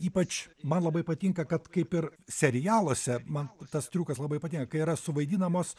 ypač man labai patinka kad kaip ir serialuose man tas triukas labai patinka kai yra suvaidinamos